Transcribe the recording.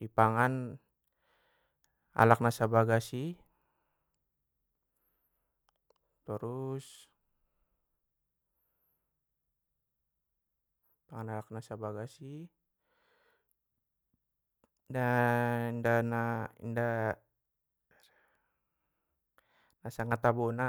ipangan alak na sabagasi torus- i pangan alak na sabagas i, na sanga tabona.